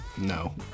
No